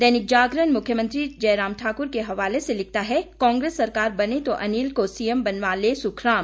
दैनिक जागरण मुख्यमंत्री जयराम ठाकुर के हवाले से लिखता है कांग्रेस सरकार बने तो अनिल को सीएम बनवा लें सुखराम